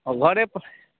घरेपर